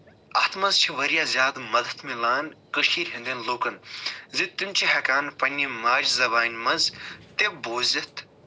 اَتھ منٛز چھُ واریاہ زیادٕ مَدتھ مِلان کٔشیٖرِ ہٕنٛدٮ۪ن لُکَن زِ تِم چھِ ہٮ۪کان پنٛنہِ ماجہِ زَبانہِ منٛز تہِ بوٗزِتھ